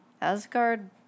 Asgard